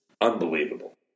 Unbelievable